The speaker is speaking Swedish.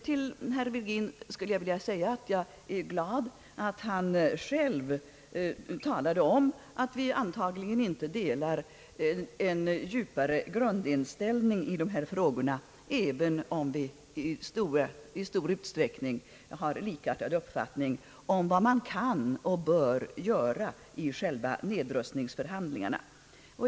Till herr Virgin skulle jag vilja säga att jag är glad att han själv talade om att vi antagligen inte delar en djupare grundinställning i dessa frågor, även om vi i stor utsträckning har likartad uppfattning om vad man kan och bör göra i själva nedrustningsförhandlingarna.